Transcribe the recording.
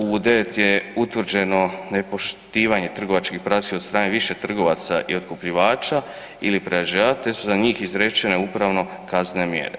U 9 je utvrđeno nepoštivanje trgovačkih praksi od strane više trgovaca i otkupljivača ili prerađivača te su za njih izrečene upravno-kaznene mjere.